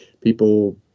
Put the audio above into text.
people